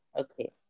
Okay